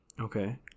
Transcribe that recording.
okay